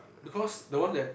because the one that